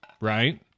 Right